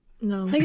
No